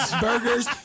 Burgers